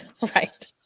Right